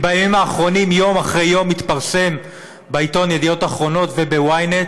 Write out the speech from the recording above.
בימים האחרונים יום אחרי יום מתפרסמים בעיתון "ידיעות אחרונות" וב-ynet